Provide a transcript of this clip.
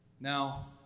Now